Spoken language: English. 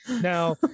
Now